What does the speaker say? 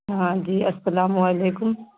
ہاں جی السلام علیکم